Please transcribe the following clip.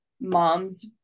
moms